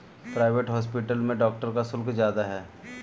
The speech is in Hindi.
प्राइवेट हॉस्पिटल में डॉक्टर का शुल्क ज्यादा है